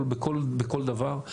בכל דבר,